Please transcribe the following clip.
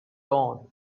dawn